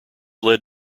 led